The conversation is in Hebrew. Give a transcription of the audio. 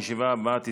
הישיבה הבאה תתקיים,